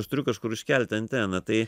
aš turiu kažkur iškelti anteną tai